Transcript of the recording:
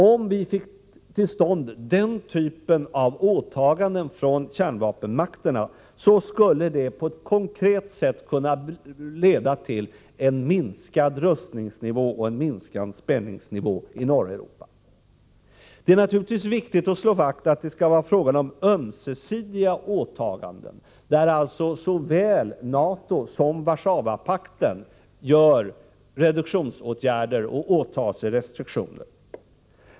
Om vi fick till stånd den typen av åtaganden från kärnvapenmakterna skulle det på ett konkret sätt kunna leda till en minskad rustningsnivå och en minskad spänningsnivå i norra Europa. Det är naturligtvis viktigt att slå fast att det skall vara fråga om ömsesidiga åtaganden, där såväl NATO som Warszawapakten vidtar reduktionsåtgärder och åtar sig restriktioner.